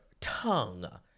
tongue